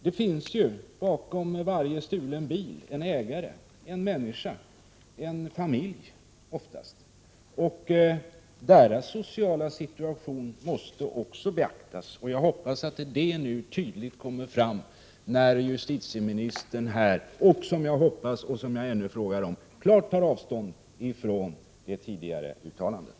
Det finns bakom varje stulen bil en ägare, en människa eller oftast en familj. Ägarens eller ägarnas sociala situation måste också beaktas, och jag hoppas att det kommer fram tydligt när justitieministern nu här, som jag hoppas, tar klart avstånd från det tidigare uttalandet.